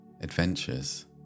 adventures